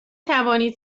توانید